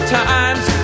times